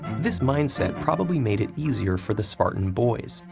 this mindset probably made it easier for the spartan boys,